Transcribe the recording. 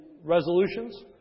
resolutions